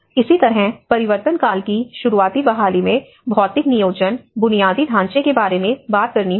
इसी तरह परिवर्तनकाल की शुरुआतीबहाली में भौतिक नियोजन बुनियादी ढांचे के बारे में बात करनी होगी